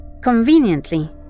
Conveniently